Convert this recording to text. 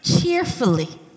cheerfully